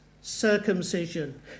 circumcision